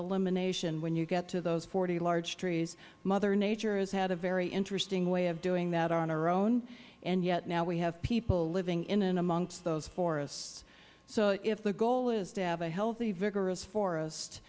elimination when you get to those forty large trees mother nature has had a very interesting way of doing that on her own and yet now we have people living in and amongst those forests so if the goal is to have a healthy vigorous forest